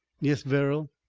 yes, verrall,